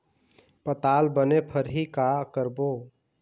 पताल बने फरही का करबो?